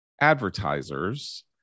advertisers